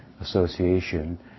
association